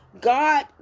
God